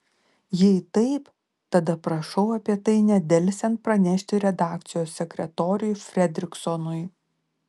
jei taip tada prašau apie tai nedelsiant pranešti redakcijos sekretoriui fredriksonui